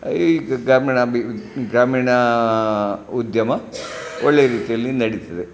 ಈ ಗ್ರಾಮೀಣ ಗ್ರಾಮೀಣ ಉದ್ಯಮ ಒಳ್ಳೆ ರೀತಿಯಲ್ಲಿ ನಡೀತದೆ